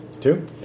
Two